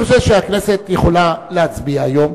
אני חושב שהכנסת יכולה להצביע היום,